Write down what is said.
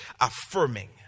affirming